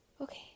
Okay